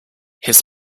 his